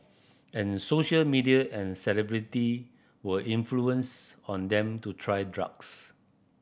and social media and celebrity were influence on them to try drugs